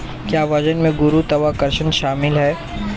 क्या वजन में गुरुत्वाकर्षण शामिल है?